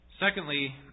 Secondly